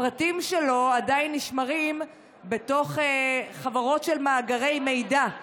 הפרטים שלו עדיין נשמרים בחברות של מאגרי מידע.